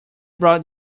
brought